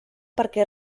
perquè